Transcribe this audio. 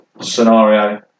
scenario